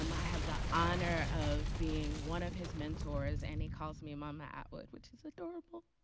um i have the honor of being one of his mentors. and he calls me mama atwood, which is adorable.